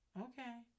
Okay